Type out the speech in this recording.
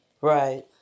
Right